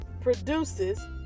produces